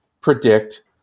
predict